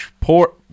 port